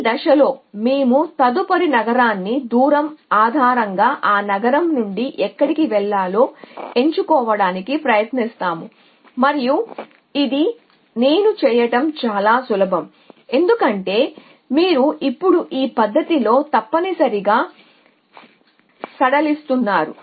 ప్రతి దశలో మేము తదుపరి నగరానికి దూరం ఆధారంగా ఆ నగరం నుండి ఎక్కడికి వెళ్ళాలో ఎంచుకోవడానికి ప్రయత్నిస్తాము మరియు ఇది నేను చేయటం చాలా సులభం ఎందుకంటే మీరు ఇప్పుడు ఈ పద్ధతిలో తప్పనిసరిగా సడలిస్తున్నారు